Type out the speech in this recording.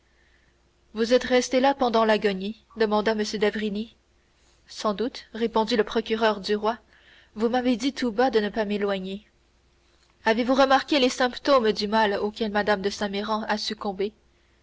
vous êtes resté là pendant l'agonie demanda m d'avrigny sans doute répondit le procureur du roi vous m'avez dit tout bas de ne pas m'éloigner avez-vous remarqué les symptômes du mal auquel mme de saint méran a succombé